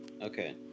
okay